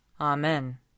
Amen